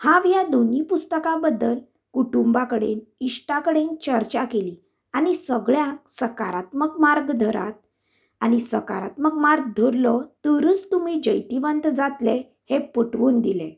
हांव ह्या दोनूय पुस्तकां बद्दल कुटुंबा कडेन इश्टा कडेन चर्चा केली आनी सगल्यांक सकारात्मक मार्ग धरात आनी सकारात्मक मार्ग धरलो तरच तुमी जैतीवंत जातलें हें पटवून दिलें